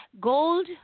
gold